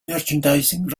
merchandising